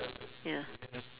ya